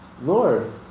Lord